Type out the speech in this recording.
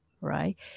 right